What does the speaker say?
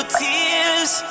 tears